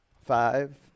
Five